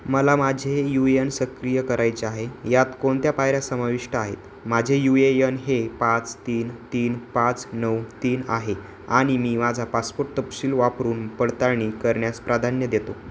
मला माझे U N सक्रिय करायचे आहे यात कोणत्या पायऱ्या समाविष्ट आहेत माझे यू ए यन हे पाच तीन तीन पाच नऊ तीन आहे आणि मी माझा पासपोर्ट तपशील वापरून पडताळणी करण्यास प्राधान्य देतो